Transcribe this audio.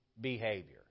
behavior